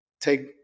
take